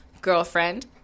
girlfriend